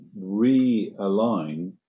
realign